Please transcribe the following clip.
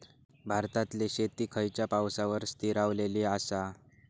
भारतातले शेती खयच्या पावसावर स्थिरावलेली आसा?